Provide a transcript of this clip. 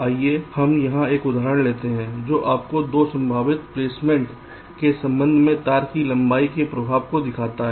आइए हम यहां एक उदाहरण लेते हैं जो आपको 2 संभावित प्लेसमेंट के संबंध में तार की लंबाई के प्रभाव को दिखाता है